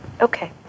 Okay